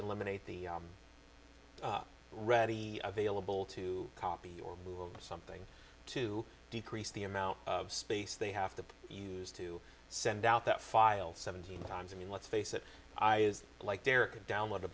eliminate the ready available to copy or move something to decrease the amount of space they have to use to send out that file seventeen times i mean let's face it i like their download a